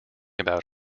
about